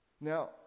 Now